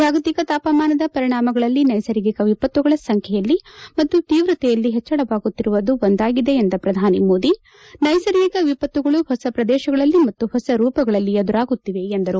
ಜಾಗತಿಕ ತಾಪಮಾನದ ಪರಿಣಾಮಗಳಲ್ಲಿ ನೈಸರ್ಗಿಕ ವಿಪತ್ತುಗಳ ಸಂಖ್ಯೆಯಲ್ಲಿ ಮತ್ತು ತೀವ್ರತೆಯಲ್ಲಿ ಪಚ್ಚಳವಾಗುತ್ತಿರುವುದು ಒಂದಾಗಿದೆ ಎಂದ ಪ್ರಧಾನಿ ಮೋದಿ ನೈಸರ್ಗಿಕ ವಿಪತ್ತುಗಳು ಹೊಸ ಪ್ರದೇಶಗಳಲ್ಲಿ ಮತ್ತು ಹೊಸ ರೂಪಗಳಲ್ಲಿ ಎದುರಾಗುತ್ತಿವೆ ಎಂದರು